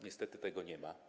Niestety tego nie ma.